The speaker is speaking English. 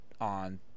on